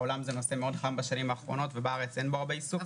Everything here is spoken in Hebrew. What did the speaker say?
בעולם זה נושא חם מאוד בשנים האחרונות ובארץ אין בו הרבה עיסוק.